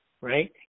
right